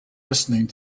listening